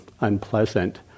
unpleasant